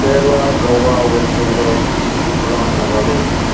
Kerala Goa west Bengal Tripura Nagaland